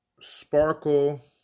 sparkle